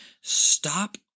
Stop